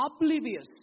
oblivious